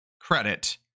credit